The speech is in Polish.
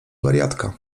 wariatka